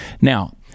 Now